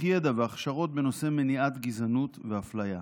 שתדע שיש בקואליציה אימהות לילדים קטנים שמבקשות לצאת הביתה,